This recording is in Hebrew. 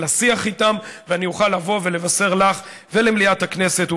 השיח איתם ושאני אוכל לבוא ולבשר לך ולמליאת הכנסת,